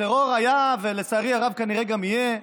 טרור היה, ולצערי הרב, כנראה גם יהיה.